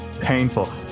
Painful